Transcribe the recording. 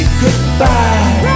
goodbye